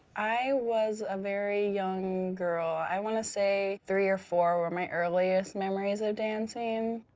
i was a very young girl, i want to say three or four were my earliest memories of dancing.